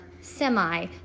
semi